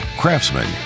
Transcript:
Craftsman